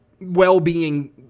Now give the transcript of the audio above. well-being –